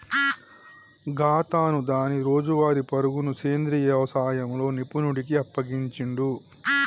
గాతను దాని రోజువారీ పరుగును సెంద్రీయ యవసాయంలో నిపుణుడికి అప్పగించిండు